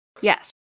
Yes